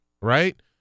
right